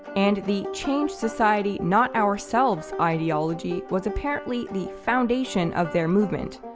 and the, change society, not ourselves, ideology was apparently the foundation of their movement.